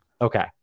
Okay